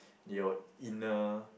your inner